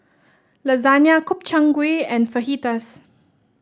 Lasagna Gobchang Gui and Fajitas